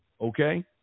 Okay